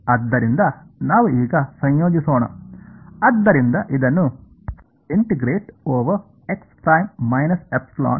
ಆದ್ದರಿಂದ ನಾವು ಈಗ ಸಂಯೋಜಿಸೋಣ ಆದ್ದರಿಂದ ಇದನ್ನು ನಾನು ಸಂಯೋಜಿಸಲು ಹೋಗುತ್ತೇನೆ